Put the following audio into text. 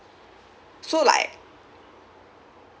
so like